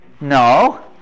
No